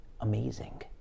amazing